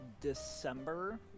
December